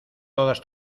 todas